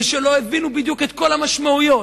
ולא הבינו בדיוק את כל המשמעויות,